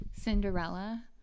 Cinderella